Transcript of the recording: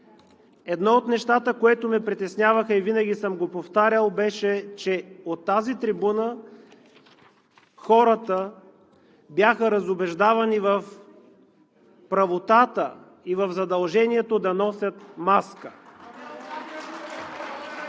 Едно от нещата, които ме притесняваха и винаги съм го повтарял, беше, че от тази трибуна хората бяха разубеждавани в правотата и в задължението да носят маска.